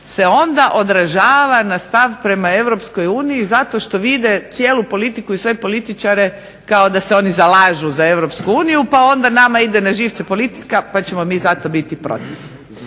se onda odražava na stav prema EU zato što vide cijelu politiku i sve političare kao da se oni zalažu za EU pa onda nama ide na živce politika pa ćemo mi zato biti protiv.